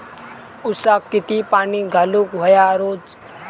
ऊसाक किती पाणी घालूक व्हया रोज?